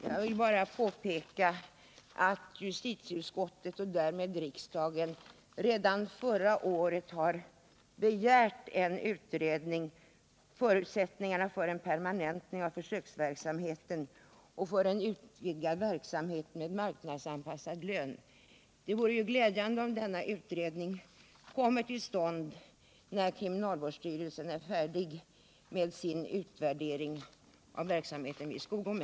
Herr talman! Jag vill bara påpeka att justitieutskottet och kammaren redan förra året begärde en utredning om förutsättningarna för en permanentning av försöksverksamheten och för en utvidgad verksamhet med marknadsanpassad lön. Det vore glädjande om denna utredning kom till stånd när kriminalvårdsstyrelsen är färdig med sin utvärdering av verksamheten i Skogome.